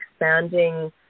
expanding